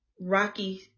rocky